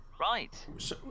Right